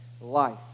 life